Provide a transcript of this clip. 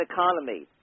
Economy